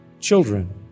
Children